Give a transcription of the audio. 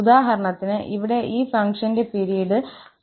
ഉദാഹരണത്തിന് ഇവിടെ ഈ ഫംഗ്ഷന്റെ പിരീഡ് 𝜋 ആണ്